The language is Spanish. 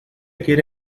quiere